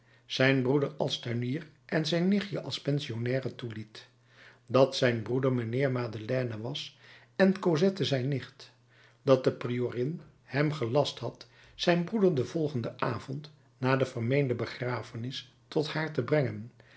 zijn broeder als tuinier en zijn nichtje als pensionnaire toeliet dat zijn broeder mijnheer madeleine was en cosette zijn nicht dat de priorin hem gelast had zijn broeder den volgenden avond na de vermeende begrafenis tot haar te brengen